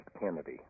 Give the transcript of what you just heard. Kennedy